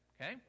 okay